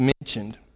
mentioned